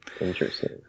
interesting